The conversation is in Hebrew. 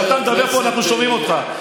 כשאתה מדבר פה אנחנו שומעים אותך,